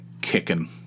kicking